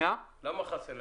למה חסר?